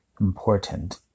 important